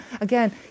again